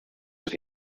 here